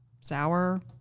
sour